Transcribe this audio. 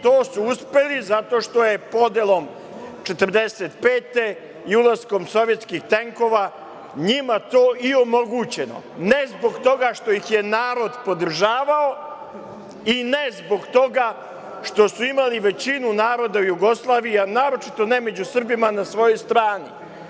To su uspeli zato što je podelom 1945. godine i ulaskom sovjetskih tenkova njima to i omogućeno, ne zbog toga što ih je narod podržavao i ne zbog toga što su imali većinu naroda u Jugoslaviji, a naročito ne među Srbima na svojoj strani.